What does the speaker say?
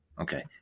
okay